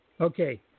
Okay